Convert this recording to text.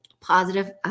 positive